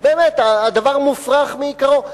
באמת, הדבר מופרך מעיקרו.